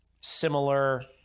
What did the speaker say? similar